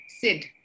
Sid